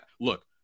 Look